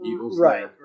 right